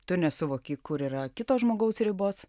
tu nesuvoki kur yra kito žmogaus ribos